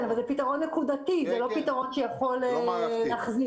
זה פתרון נקודתי, זה לא פתרון שיכול להחזיק.